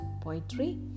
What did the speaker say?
poetry